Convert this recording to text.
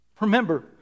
Remember